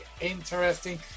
interesting